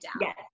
Yes